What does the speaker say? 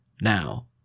Now